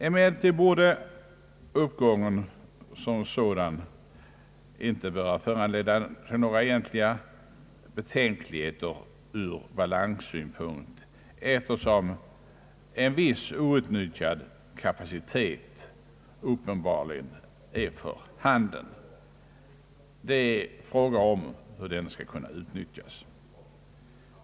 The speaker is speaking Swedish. Emellertid borde uppgången som sådan inte behöva föranleda några egentliga betänkligheter ur balanssynpunkt, eftersom en viss outnyttjad kapacitet uppenbarligen är för handen. Det är bara fråga om hur den skall kunna utnyttjas.